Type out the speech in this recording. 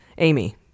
Amy